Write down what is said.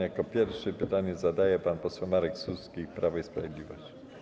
Jako pierwszy pytanie zada pan poseł Marek Suski, Prawo i Sprawiedliwość.